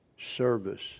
service